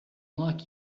luck